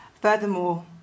Furthermore